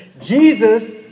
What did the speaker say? Jesus